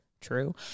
True